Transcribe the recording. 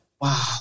wow